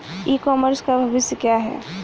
ई commerce का भविष्य क्या है?